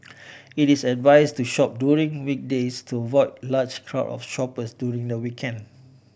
it is advise to shop during weekdays to avoid large crowd of shoppers during the weekend